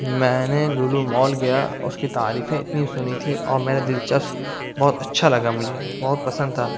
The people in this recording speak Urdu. میں نے لولو مال گیا اس کی تعریفیں اتنی سنی تھی اور میں نے دلچسپ بہت اچھا لگا مجھے بہت پسند تھا